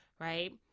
right